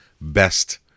best